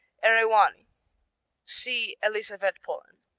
eriwani see elisavetpolen.